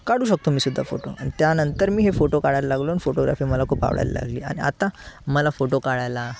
काढू शकतो मी सुद्धा फोटो आणि त्यानंतर मी हे फोटो काढायला लागलो आणि फोटोग्राफी मला खूप आवडायला लागली आणि आत्ता मला फोटो काढायला